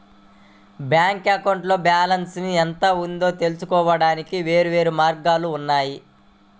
bank అకౌంట్లో balance ఎంత ఉందో తెలుసుకోవడానికి వేర్వేరు మార్గాలు ఉన్నాయి